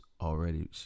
already